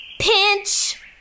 pinch